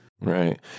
Right